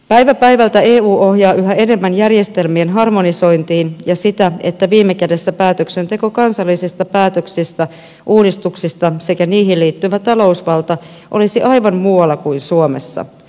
päivä päivältä eu ohjaa yhä enemmän järjestelmien harmonisointiin ja siihen että viime kädessä päätöksenteko kansallisissa päätöksissä ja uudistuksissa sekä niihin liittyvä talousvalta olisivat aivan muualla kuin suomessa